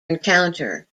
encounter